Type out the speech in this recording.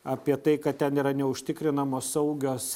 apie tai kad ten yra neužtikrinamos saugios